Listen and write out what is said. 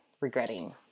regretting